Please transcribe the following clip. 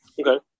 Okay